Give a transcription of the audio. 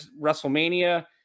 WrestleMania